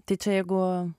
tai čia jeigu